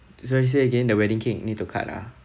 sorry say again the wedding cake need to cut ah